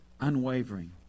Unwavering